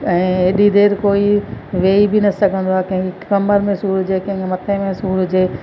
ऐं एॾी देरि कोई वेई बि न सघंदो आहे कंहिंखे कमर में सूरु हुजे कंहिंखे मथे में सूरु हुजे